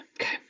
Okay